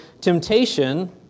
Temptation